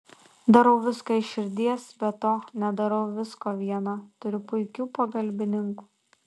darau viską iš širdies be to nedarau visko viena turiu puikių pagalbininkų